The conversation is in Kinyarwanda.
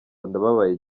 ndababaye